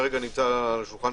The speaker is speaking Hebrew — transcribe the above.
זה כרגע נמצא על שולחן